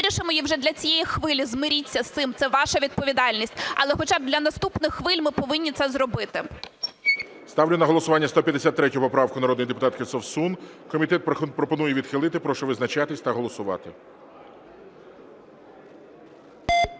вирішимо її вже для цієї хвилі, змиріться з цим, це ваша відповідальність, але хоча б для наступних хвиль ми повинні це зробити. ГОЛОВУЮЧИЙ. Ставлю на голосування 153 поправку народної депутатки Совсун. Комітет пропонує відхилити. Прошу визначатись та голосувати.